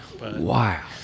Wow